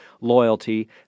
loyalty